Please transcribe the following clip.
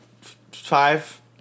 five